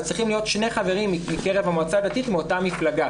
אז צריכים להיות שני חברים מקרב המועצה הדתית ומאותה מפלגה,